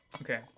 Okay